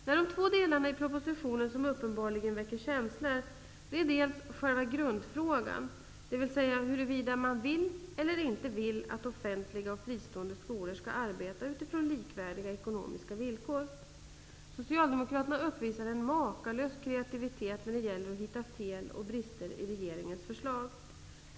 Nej, det är två delar av propositionen som uppenbarligen väcker känslor. Det är för det första själva grundfrågan, dvs. huruvida man vill eller inte vill att offentliga och fristående skolor skall arbeta utifrån likvärdiga ekonomiska villkor. Socialdemokraterna uppvisar en makalös kreativitet när det gäller att hitta fel och brister i regeringens förslag.